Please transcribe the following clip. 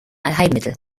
allheilmittel